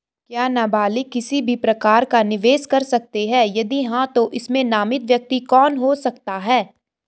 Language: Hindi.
क्या नबालिग किसी भी प्रकार का निवेश कर सकते हैं यदि हाँ तो इसमें नामित व्यक्ति कौन हो सकता हैं?